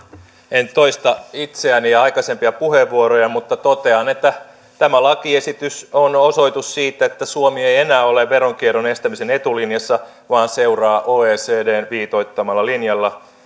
en toista itseäni ja aikaisempia puheenvuoroja mutta totean että tämä lakiesitys on osoitus siitä että suomi ei enää ole veronkierron estämisen etulinjassa vaan seuraa oecdn viitoittamalla linjalla